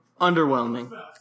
underwhelming